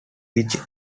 which